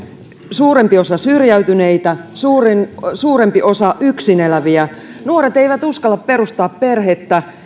suurempi osa syrjäytyneitä suurempi suurempi osa yksin eläviä nuoret eivät uskalla perustaa perhettä